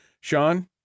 Sean